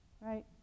right